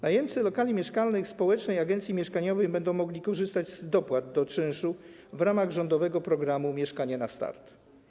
Najemcy lokali mieszkalnych będących w gestii Społecznej Agencji Mieszkaniowej będą mogli korzystać z dopłat do czynszu w ramach rządowego programu „Mieszkanie na start”